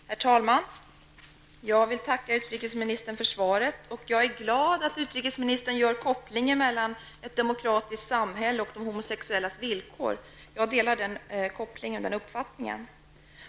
Herr talman! Jag vill tacka utrikesministern för svaret. Jag är glad att utrikesministern gör kopplingen mellan ett demokratiskt samhälle och de homosexuellas villkor. Jag delar utrikesministerns uppfattning.